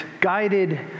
guided